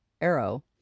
arrow